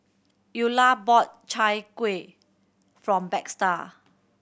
Eulah bought Chai Kuih from Baxter